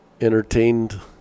entertained